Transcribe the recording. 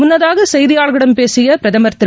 முன்னதாக செய்தியாளர்களிடம் பேசிய பிரதமர் திரு